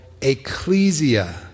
ecclesia